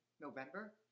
November